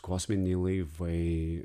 kosminiai laivai